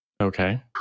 okay